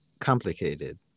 complicated